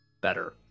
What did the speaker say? better